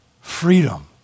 freedom